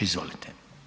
Izvolite.